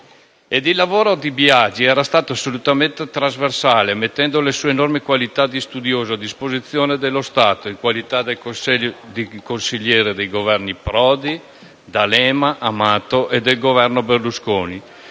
Il lavoro di Biagi era stato assolutamente trasversale, mettendo le sue enormi qualità di studioso a disposizione dello Stato, in qualità di consigliere dei Governi Prodi, D'Alema, Amato e Berlusconi,